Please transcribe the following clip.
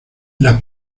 las